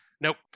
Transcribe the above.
Nope